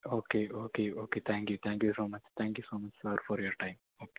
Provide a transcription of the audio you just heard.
okay okay okay thank you thank you so much thank you so much sir for your time okay